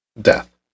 DEATH